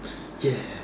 ya